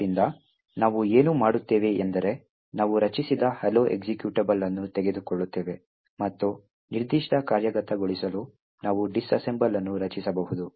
ಆದ್ದರಿಂದ ನಾವು ಏನು ಮಾಡುತ್ತೇವೆ ಎಂದರೆ ನಾವು ರಚಿಸಿದ ಹಲೋ ಎಕ್ಸಿಕ್ಯೂಟಬಲ್ ಅನ್ನು ತೆಗೆದುಕೊಳ್ಳುತ್ತೇವೆ ಮತ್ತು ನಿರ್ದಿಷ್ಟ ಕಾರ್ಯಗತಗೊಳಿಸಲು ನಾವು ಡಿಸ್ಅಸೆಂಬಲ್ ಅನ್ನು ರಚಿಸಬಹುದು